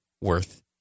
worth